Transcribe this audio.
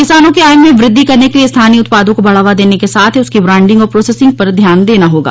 किसानों की आय में वृद्वि करने के लिए स्थानीय उत्पादों को बढावा देने के साथ ही उसकी ब्रान्डिंग और प्रोसेसिंग पर ध्यान देना होगा